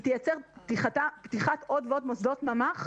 היא תייצר פתיחת עוד ועוד מוסדות ממ"ח,